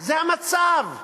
זה המצב.